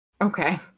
Okay